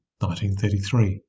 1933